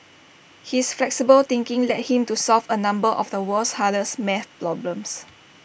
his flexible thinking led him to solve A number of the world's hardest math problems